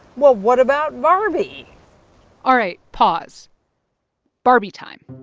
well, what about barbie all right. pause barbie time.